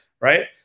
right